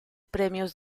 premios